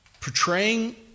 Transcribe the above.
portraying